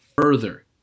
further